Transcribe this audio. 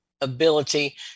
ability